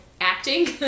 acting